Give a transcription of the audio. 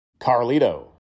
carlito